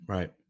Right